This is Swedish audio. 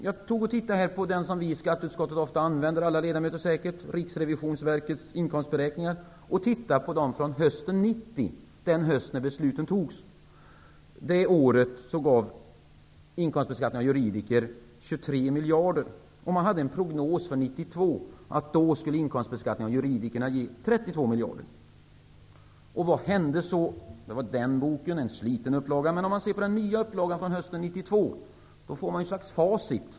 Jag tittade i den skrift som säkert alla ledamöter i skatteutskottet ofta använder, Riksrevisionsverkets inkomstberäkningar från hösten 1990, den höst då beslutet fattades. Det året gav inkomstbeskattningen av juridiska personer 23 miljarder. Man hade en prognos om att inkomstbeskattningen av juridiska personer år 1992 skulle ge 32 miljarder. Den boken är nu en sliten upplaga. Vad hände? Om man tittar i den nya upplagan från 1992 får man ett slags facit.